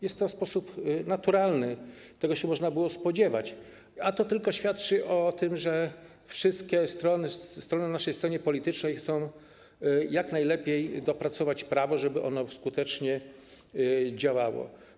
Jest to sytuacja naturalna, tego można było się spodziewać, a to tylko świadczy o tym, że wszystkie strony na naszej scenie politycznej chcą jak najlepiej dopracować prawo, żeby ono skutecznie działało.